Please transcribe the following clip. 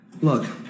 Look